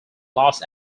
los